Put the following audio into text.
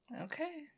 Okay